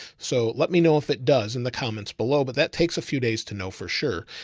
so let me know if it does in the comments below, but that takes a few days to know for sure.